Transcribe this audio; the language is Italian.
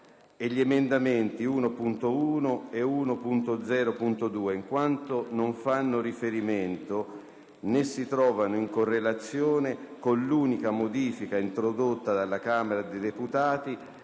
e gli emendamenti 1.1 e 1.0.2, in quanto non fanno riferimento né si trovano in correlazione con l'unica modifica introdotta dalla Camera dei deputati,